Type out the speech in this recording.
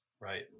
Right